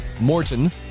Morton